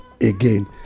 again